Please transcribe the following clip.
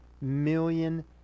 million